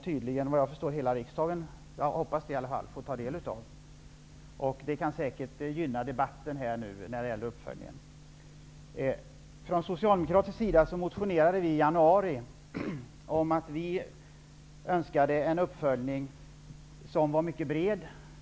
Vad jag förstår, jag hoppas det i alla fall, får hela riksdagen ta del av det. Det kan säkert gynna debatten om uppföljningen. Socialdemokraterna motionerade i januari om att vi önskade en mycket bred uppföljning.